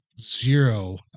zero